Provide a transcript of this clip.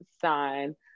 sign